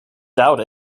doubt